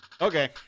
Okay